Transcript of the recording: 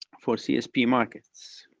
for csp markets,